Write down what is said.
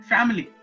Family